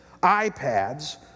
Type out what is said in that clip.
iPads